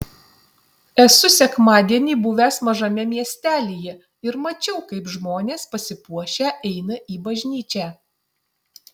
esu sekmadienį buvęs mažame miestelyje ir mačiau kaip žmonės pasipuošę eina į bažnyčią